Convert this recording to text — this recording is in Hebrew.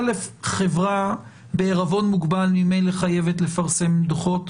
ראשית, חברה בע"מ ממילא חייבת לפרסם דוחות.